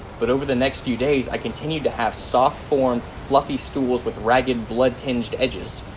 but over the next few days i continued to have soft formed fluffy stools with ragged blood-tinged edges,